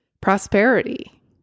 prosperity